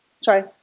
sorry